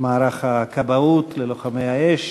למערך הכבאות, ללוחמי האש.